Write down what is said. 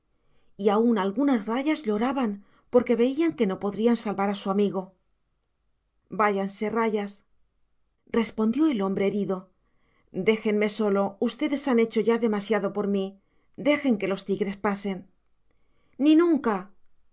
y aun algunas rayas lloraban porque veían que no podrían salvar a su amigo váyanse rayas respondió el hombre herido déjenme solo ustedes han hecho ya demasiado por mí dejen que los tigres pasen ni nunca